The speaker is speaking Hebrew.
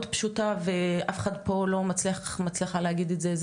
פשוטה ואף אחת לא מצליחה להגיד את זה,